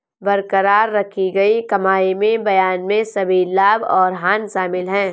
बरकरार रखी गई कमाई में बयान में सभी लाभ और हानि शामिल हैं